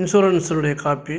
இன்சூரன்ஸுனுடைய copy